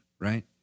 Right